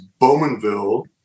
Bowmanville